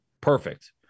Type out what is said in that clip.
perfect